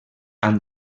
han